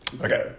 Okay